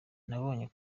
nabonye